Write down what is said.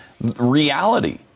reality